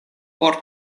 por